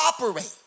operate